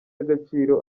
agaciro